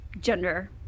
gender